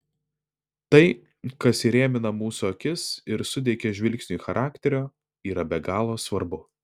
tai kas įrėmina mūsų akis ir suteikia žvilgsniui charakterio yra be galo svarbu